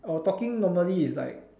our talking normally is like